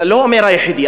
לא אומר היחידי,